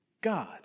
God